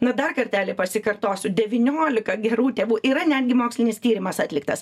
na dar kartelį pasikartosiu devyniolika gerų tėvų yra netgi mokslinis tyrimas atliktas